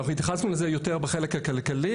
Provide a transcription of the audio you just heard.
אנחנו התייחסנו לזה יותר בחלק הכלכלי.